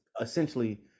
essentially